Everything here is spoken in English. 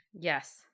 Yes